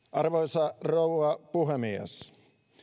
arvoisa rouva puhemies